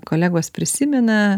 kolegos prisimena